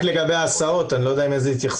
רק לגבי ההסעות אני לא יודע אם יש איזו התייחסות.